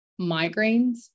migraines